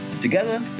Together